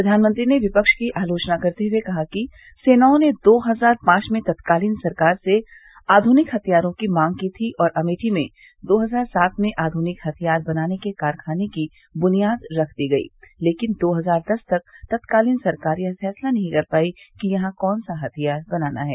प्रधानमंत्री ने विपक्ष की आलोचना करते हए कहा कि सेनाओं ने दो हजार पांच में तत्कालीन सरकार से आध्निक हथियारों की मांग की थी और अमेठी में दो हजार सात में आधुनिक हथियार बनाने के कारखाने की बुनियाद रख दी गई लेकिन दो हजार दस तक तत्कालीन सरकार यह फैसला नहीं कर पाई कि यहां कौन सा हथियार बनाना है